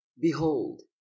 Behold